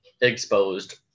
exposed